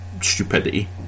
stupidity